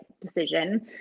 decision